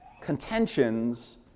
Contentions